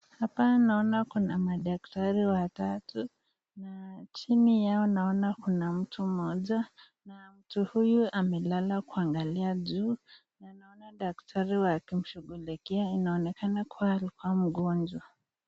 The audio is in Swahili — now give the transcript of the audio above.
Hapa naona kuna madaktari watatu na chini yao naona kuna mtu mmoja na mtu huyu amelala kuangalia juu na naona madaktari wakimshughulikia inaonekana kuwa alikua mgonjwa.